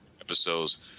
Episodes